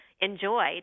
enjoy